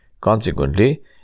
Consequently